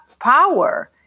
power